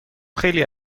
خیلی